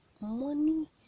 money